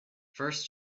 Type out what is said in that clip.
first